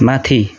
माथि